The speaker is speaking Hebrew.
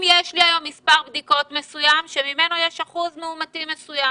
אם יש לי היום מספר בדיקות מסוים שממנו יש אחוז מאומתים מסוים.